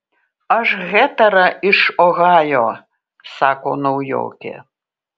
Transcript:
aš hetera iš ohajo sako naujokė